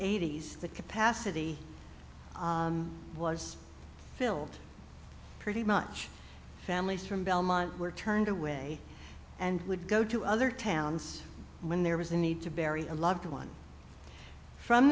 eighty's the capacity was filled pretty much families from belmont were turned away and would go to other towns when there was a need to bury a loved one from